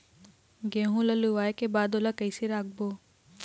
गेहूं ला लुवाऐ के बाद ओला कइसे राखबो?